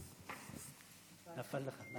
יושבת-ראש הכנסת, כנסת